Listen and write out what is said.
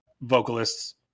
vocalists